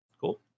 cool